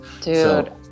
dude